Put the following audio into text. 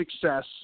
success